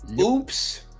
Oops